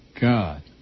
God